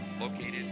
located